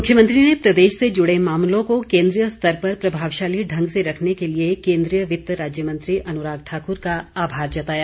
मुख्यमंत्री ने प्रदेश से जुड़े मामलों को केन्द्रीय स्तर पर प्रभावशाली ढंग से रखने के लिए केन्द्रीय वित्त राज्य मंत्री अनुराग ठाकुर का आभार जताया